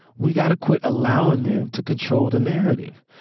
we've gotta quit allowing them to control the narrative.